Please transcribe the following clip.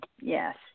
Yes